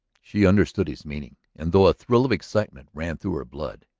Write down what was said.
she understood his meaning and, though a thrill of excitement ran through her blood,